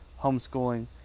homeschooling